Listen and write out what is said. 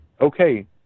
okay